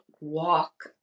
walk